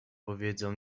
powiedzą